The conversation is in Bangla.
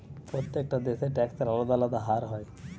প্রত্যেকটা দেশে ট্যাক্সের আলদা আলদা হার হয়